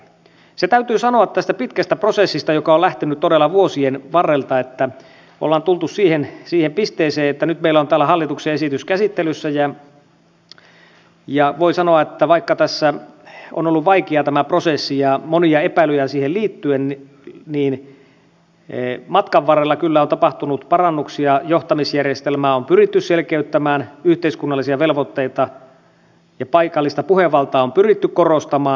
se täytyy sanoa tästä pitkästä prosessista joka on lähtenyt todella vuosien varrelta että ollaan tultu siihen pisteeseen että nyt meillä on täällä hallituksen esitys käsittelyssä ja voi sanoa että vaikka tässä on ollut vaikea tämä prosessi ja monia epäilyjä siihen liittyy niin matkan varrella kyllä on tapahtunut parannuksia johtamisjärjestelmää on pyritty selkeyttämään yhteiskunnallisia velvoitteita ja paikallista puhevaltaa on pyritty korostamaan